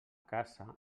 casa